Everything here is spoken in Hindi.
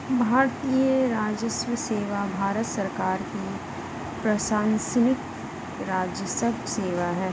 भारतीय राजस्व सेवा भारत सरकार की प्रशासनिक राजस्व सेवा है